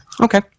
Okay